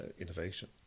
innovation